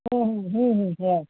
हो